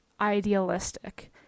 idealistic